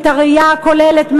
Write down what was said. את הראייה הכוללת,